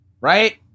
right